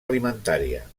alimentària